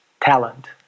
talent